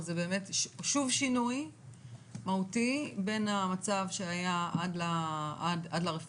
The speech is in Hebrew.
זה באמת שוב שינוי מהותי בין המצב שהיה עד לרפורמה,